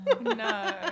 no